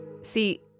See